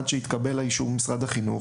עד שיתקבל האישור ממשרד החינוך,